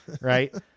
right